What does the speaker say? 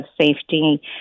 safety